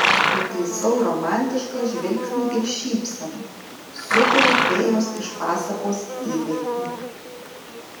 nutaisau romantišką žvilgsnį ir šypseną sukuriu fėjos iš pasakos įvaizdį